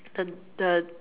the the